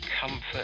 comfort